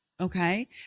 Okay